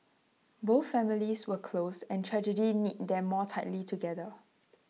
both families were close and tragedy knit them more tightly together